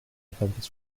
pumpkins